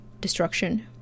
Destruction